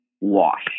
wash